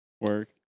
Work